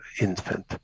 infant